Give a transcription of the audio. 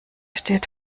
steht